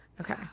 Okay